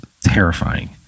terrifying